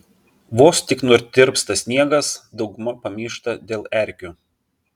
vos tik nutirpsta sniegas dauguma pamyšta dėl erkių